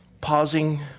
Pausing